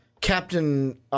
Captain